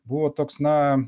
buvo toks na